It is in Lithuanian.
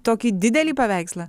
tokį didelį paveikslą